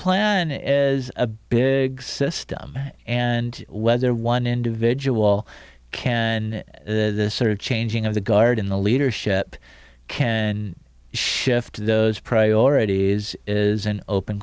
plan is a big system and whether one individual can this sort of changing of the guard in the leadership can shift those priorities is an open